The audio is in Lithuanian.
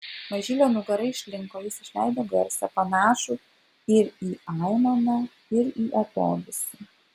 mažylio nugara išlinko jis išleido garsą panašų ir į aimaną ir į atodūsį